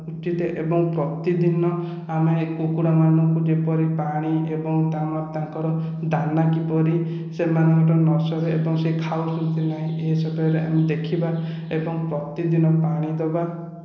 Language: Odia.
ଉଚିତ ଏବଂ ପ୍ରତିଦିନ ଆମେ କୁକୁଡ଼ା ମାନଙ୍କୁ ଯେପରି ପାଣି ଏବଂ ତାଙ୍କର ଦାନା କିପରି ସେମାନଙ୍କ ନ ସରେ ଏବଂ ସେ ଖାଉଛନ୍ତି କି ନାହିଁ ଏ ଦେଖିବା ଏବଂ ପ୍ରତିଦିନ ପାଣି ଦେବା